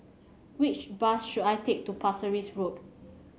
which bus should I take to Pasir Ris Road